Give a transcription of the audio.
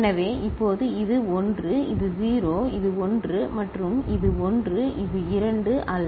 எனவே இப்போது இது 1 இது 0 இது 1 மற்றும் இது 1 இது 2 அல்ல